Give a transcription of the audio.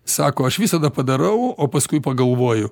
sako aš visada padarau o paskui pagalvoju